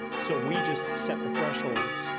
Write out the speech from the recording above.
so we just set the thresholds,